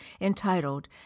entitled